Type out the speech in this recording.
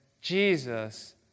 Jesus